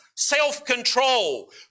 Self-control